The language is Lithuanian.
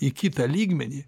į kitą lygmenį